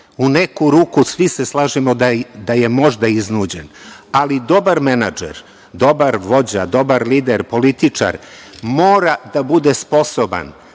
U neku ruku svi se slažemo da je možda iznuđen, ali dobar menadžer, dobar vođa, dobar lider, političar mora da bude sposoban